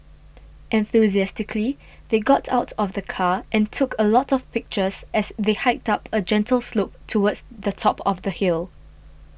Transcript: enthusiastically they got out of the car and took a lot of pictures as they hiked up a gentle slope towards the top of the hill